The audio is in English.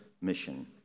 mission